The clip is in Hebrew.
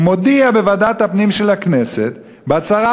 והודיע בוועדת הפנים של הכנסת בהצהרה